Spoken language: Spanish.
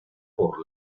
por